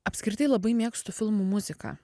apskritai labai mėgstu filmų muziką